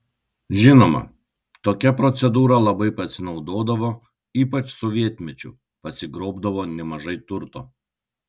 žinoma tokia procedūra labai pasinaudodavo ypač sovietmečiu pasigrobdavo nemažai turto